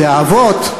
הם האבות.